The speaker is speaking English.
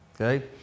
okay